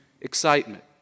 excitement